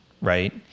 right